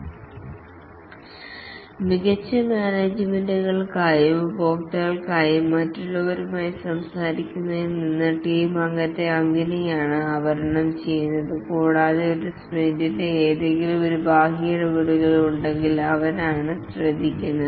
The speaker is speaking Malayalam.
ഉന്നത മാനേജുമെന്റുകളുമായും ഉപഭോക്താക്കളുമായും മറ്റുള്ളവരുമായും സംസാരിക്കുന്നതിൽ നിന്ന് ടീം അംഗത്തെ അങ്ങനെയാണ് ആവരണം ചെയ്യുന്നത് കൂടാതെ ഒരു സ്പ്രിന്റിനിടെ എന്തെങ്കിലും ബാഹ്യ ഇടപെടലുകൾ ഉണ്ടെങ്കിൽ അയാളാണ് ശ്രദ്ധിക്കുന്നത്